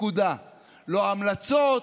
לא המלצות,